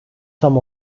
tam